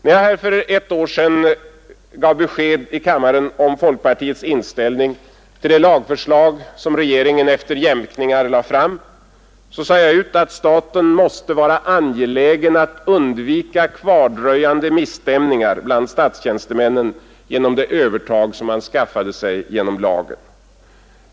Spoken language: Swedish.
När jag för ett år sedan gav besked här i kammaren om folkpartiets inställning till det lagförslag som regeringen efter jämkningar lade fram, sade jag ut att staten måste vara angelägen att undvika kvardröjande misstämningar bland statstjänstemännen på grund av det övertag som man skaffade sig genom lagen.